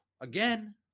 again